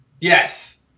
Yes